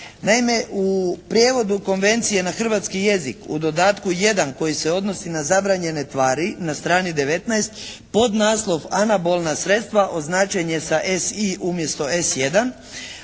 Naime, u prijevodu konvencije na hrvatski jezik u dodatku 1. koji se odnosi na zabranjene tvari na strani 19. podnaslov "anabolna sredstva" označen je sa "SI" umjesto "S1",